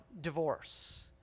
divorce